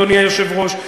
אדוני היושב-ראש,